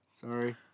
Sorry